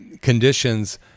conditions